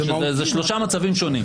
אלה שלושה מצבים שונים.